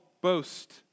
boast